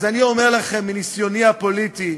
אז אני אומר לכם מניסיוני הפוליטי: